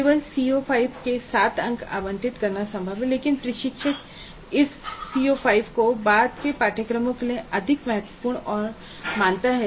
केवल CO5 को 7 अंक आवंटित करना संभव है लेकिन प्रशिक्षक इस CO5 को बाद के पाठ्यक्रमों के लिए अधिक महत्वपूर्ण या महत्वपूर्ण मानता है